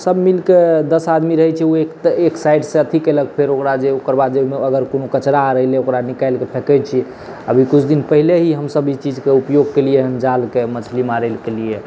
सब मिलिकऽ दस आदमी रहै छै ओ एक साइडसँ अथी केलक फेर ओकरा जे ओकर बाद जे अगर कोनो कचरा आओर अएलै ओकरा निकालिकऽ फेकै छी अभी किछु दिन पहिले ही हमसब ई चीजके उपयोग केलिए हँ जालके मछली मारैके लिए